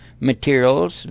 materials